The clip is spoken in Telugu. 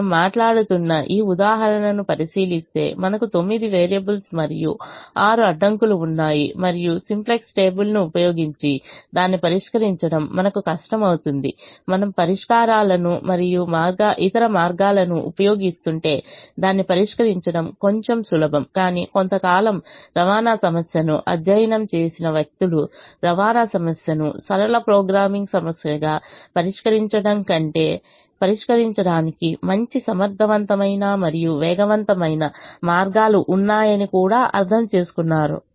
మనము మాట్లాడుతున్న ఈ ఉదాహరణను పరిశీలిస్తే మనకు 9 వేరియబుల్స్ మరియు 6 అడ్డంకులు ఉన్నాయి మరియు సింప్లెక్స్ టేబుల్ను ఉపయోగించి దాన్ని పరిష్కరించడం మనకు కష్టమవుతుంది మనం పరిష్కారాలను మరియు ఇతర మార్గాలను ఉపయోగిస్తుంటే దాన్ని పరిష్కరించడం కొంచెం సులభం కానీ కొంతకాలం రవాణా సమస్యను అధ్యయనం చేసిన వ్యక్తులు రవాణా సమస్యను సరళ ప్రోగ్రామింగ్ సమస్యగా పరిష్కరించడం కంటే పరిష్కరించడానికి మంచి సమర్థవంతమైన మరియు వేగవంతమైన మార్గాలు ఉన్నాయని కూడా అర్థం చేసుకున్నారు